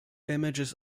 images